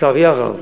לצערי הרב,